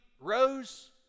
rose